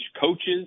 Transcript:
coaches